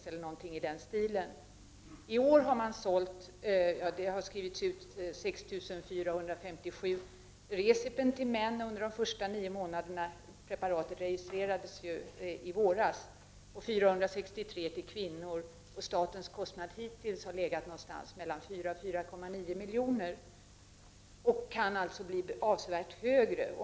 Under de nio första månaderna i år — preparatet registrerades i våras — har 6 457 recipen skrivits ut till män och 463 till kvinnor. Statens kostnad hittills har legat på 44,9 miljoner. Kostnaden kan alltså bli avsevärt högre.